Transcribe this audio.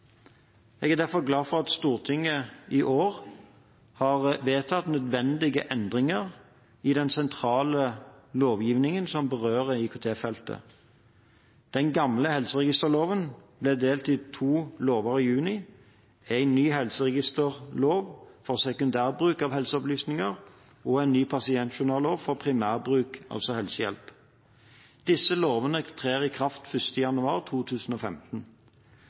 Jeg er derfor glad for at Stortinget i år har vedtatt nødvendige endringer i den sentrale lovgivningen som berører IKT-feltet. Den gamle helseregisterloven ble delt i to lover i juni – en ny helseregisterlov for sekundærbruk av helseopplysninger og en ny pasientjournallov for primærbruk, altså helsehjelp. Disse lovene trer i kraft 1. januar 2015.